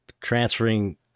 transferring